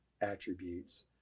attributes